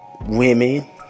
women